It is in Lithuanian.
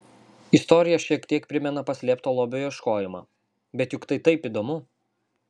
istorija šiek tiek primena paslėpto lobio ieškojimą bet juk tai taip įdomu